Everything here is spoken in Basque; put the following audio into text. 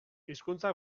hizkuntza